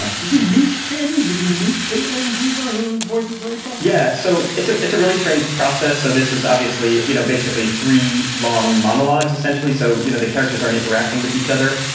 ah did you meet finn. did you meet kaitlyn dever who voices rachel yeah. so it's, it's a really strange process. so this is obviously, you know, basically three long monologues essentially. so, you know, the characters aren't interacting with each other.